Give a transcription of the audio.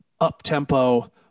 up-tempo